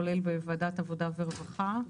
כולל בוועדת העבודה והרווחה,